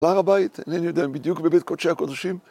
‫להר הבית, אינני יודע ‫בדיוק בבית קודשי הקודשים.